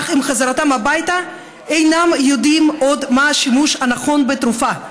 אך עם חזרתם הביתה אינם יודעים מה השימוש הנכון בתרופה,